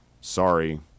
sorry